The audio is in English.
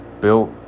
built